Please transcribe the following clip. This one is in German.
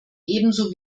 ebenso